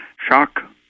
Shock